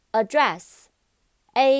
address，a